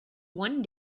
one